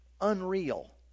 unreal